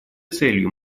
целью